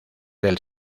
del